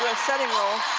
setting role.